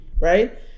right